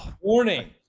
warning